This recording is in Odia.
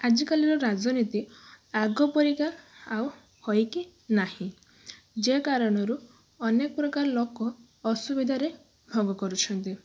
ଆଜିକାଲିର ରାଜନୀତି ଆଗପରିକା ଆଉ ହୋଇକି ନାହିଁ ଯେ କାରଣରୁ ଅନେକ ପ୍ରକାର ଲୋକ ଅସୁବିଧାରେ କରୁଛନ୍ତି